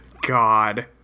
God